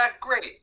great